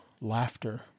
Laughter